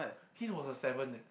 his was a seven eh